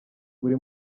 buri